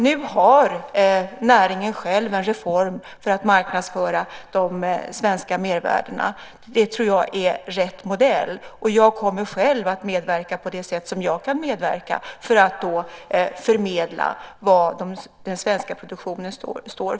Nu har näringen själv en reform för att marknadsföra de svenska mervärdena. Det tror jag är rätt modell. Jag kommer själv att medverka på det sätt jag kan för att förmedla vad den svenska produktionen står för.